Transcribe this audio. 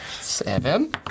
Seven